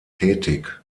tätig